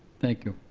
thank you.